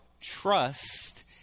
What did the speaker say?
trust